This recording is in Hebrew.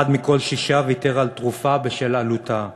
אחד מכל שישה ויתר על תרופה בשל עלותה.